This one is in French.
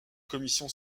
commission